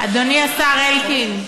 אדוני השר אלקין,